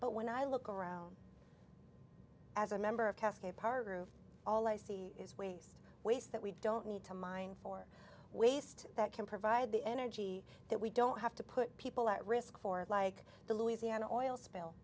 but when i look around as a member of cascade part grooved all i see is waste waste that we don't need to mine for waste that can provide the energy that we don't have to put people at risk for like the louisiana oil spill